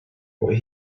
what